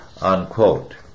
Unquote